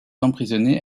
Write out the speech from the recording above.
emprisonnée